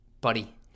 buddy